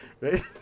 Right